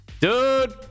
Dude